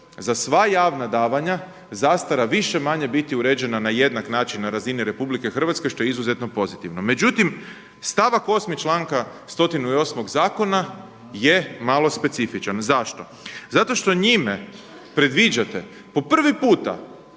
za sva javna davanja zastara više-manje biti uređena na jednak način na razini Republike Hrvatske što je izuzetno pozitivno. Međutim, stavak 8. članka 108. zakona je malo specifičan. Zašto? Zato što njime predviđate po prvi puta